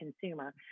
consumer